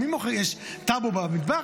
יש טאבו במדבר?